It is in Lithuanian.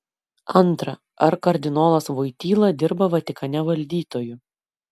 antra ar kardinolas voityla dirba vatikane valdytoju